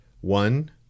One